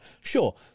sure